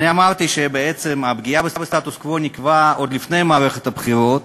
אמרתי שבעצם הפגיעה בסטטוס-קוו נקבעה עוד לפני מערכת הבחירות